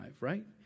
right